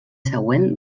següent